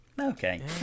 okay